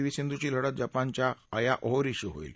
V सिंधूची लढत जपानच्या अया ओहोरीशी होईल